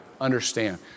understand